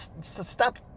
Stop